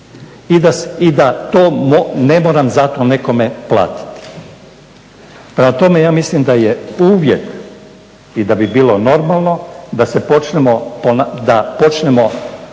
i da to ne moram za to nekome platiti? Prema tome, ja mislim da je uvijek i da bi bilo normalno da počnemo